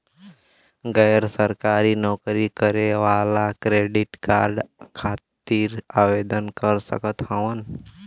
गैर सरकारी नौकरी करें वाला क्रेडिट कार्ड खातिर आवेदन कर सकत हवन?